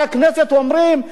את המנכ"לים האלה,